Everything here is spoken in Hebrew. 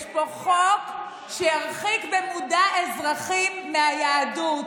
יש פה חוק שירחיק במודע אזרחים מהיהדות,